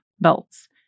belts